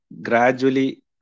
gradually